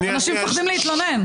אנשים פוחדים להתלונן.